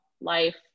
life